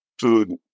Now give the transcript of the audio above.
food